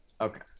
okay